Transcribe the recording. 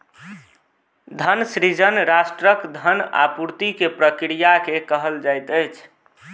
धन सृजन राष्ट्रक धन आपूर्ति के प्रक्रिया के कहल जाइत अछि